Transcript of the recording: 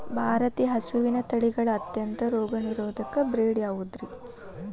ಭಾರತೇಯ ಹಸುವಿನ ತಳಿಗಳ ಅತ್ಯಂತ ರೋಗನಿರೋಧಕ ಬ್ರೇಡ್ ಯಾವುದ್ರಿ?